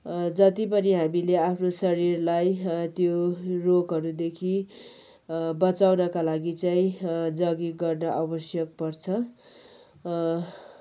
जति पनि हामीले आफ्नो शरीरलाई त्यो रोगहरूदेखि बचाउनका लागि चाहिँ जगिङ गर्न आवश्यक पर्छ